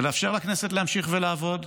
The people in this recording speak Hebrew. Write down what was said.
ולאפשר לכנסת להמשיך לעבוד,